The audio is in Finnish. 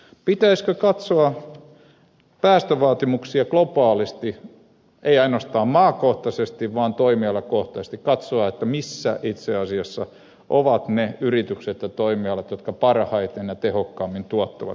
pitäisikö katsoa päästövaatimuksia globaalisti ei ainoastaan maakohtaisesti vaan toimialakohtaisesti katsoa missä itse asiassa ovat ne yritykset ja toimialat jotka parhaiten ja tehokkaammin tuottavat